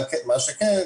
מה שכן,